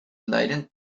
leiden